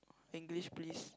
English please